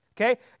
Okay